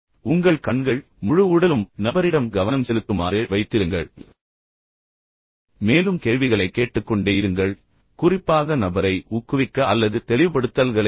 உங்கள் கண்கள் முழு உடலும் நபரிடம் கவனம் செலுத்துமாறு வைத்திருங்கள் மேலும் கேள்விகளைக் கேட்டுக்கொண்டே இருங்கள் குறிப்பாக நபரை ஊக்குவிக்க அல்லது தெளிவுபடுத்தல்களைப் பெற